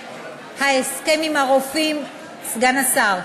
ההסכם עם הרופאים בשנת 2011, סגן השר,